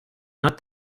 not